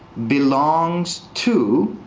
belongs to